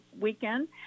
weekend